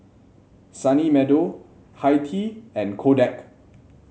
Sunny Meadow Hi Tea and Kodak